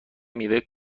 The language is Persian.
میوه